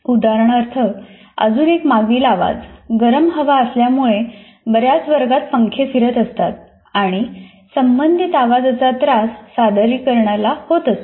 उदाहरणार्थ अजून एक मागील आवाज गरम हवा असल्यामुळे बर्याच वर्गात पंखे फिरत असतात आणि संबंधित आवाजाचा त्रास सादरीकरणाला होत असतो